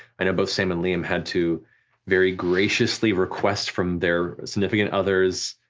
and both sam and liam had to very graciously request from their significant others